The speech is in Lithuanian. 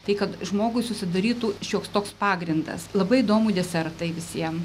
tai kad žmogui susidarytų šioks toks pagrindas labai įdomu desertai visiem